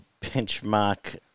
benchmark